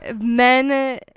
Men